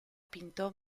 pintó